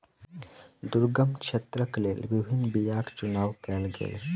दुर्गम क्षेत्रक लेल विभिन्न बीयाक चुनाव कयल गेल